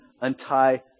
untie